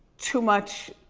too much.